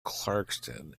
clarkston